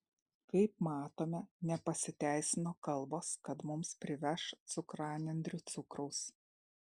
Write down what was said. kaip matome nepasiteisino kalbos kad mums priveš cukranendrių cukraus